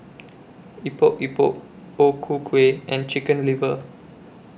Epok Epok O Ku Kueh and Chicken Liver